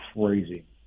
crazy